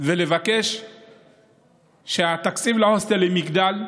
אני רוצה לסיים ולבקש שהתקציב להוסטלים יגדל,